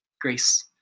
grace